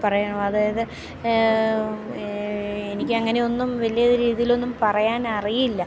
പറയണം അതായത് എനിക്കങ്ങനെ ഒന്നും വലിയൊരു രീതിയിലൊന്നും പറയാനറിയില്ല